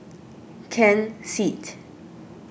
Ken Seet